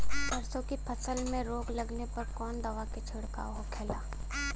सरसों की फसल में रोग लगने पर कौन दवा के छिड़काव होखेला?